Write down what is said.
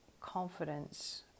confidence